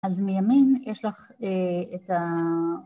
אז מימין יש לך את ה...